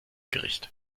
gericht